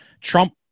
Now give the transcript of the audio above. Trump